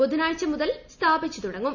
ബുധനാഴ്ച മുതൽ സ്ഥാപിച്ചു തുടങ്ങും